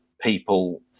people